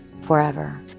forever